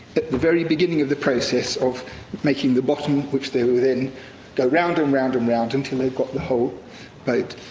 the very beginning of the process of making the bottom, which they were then go round and round and round until they've got the whole boat.